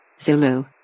Zulu